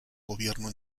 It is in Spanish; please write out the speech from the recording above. gobierno